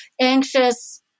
anxious